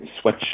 switch